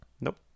nope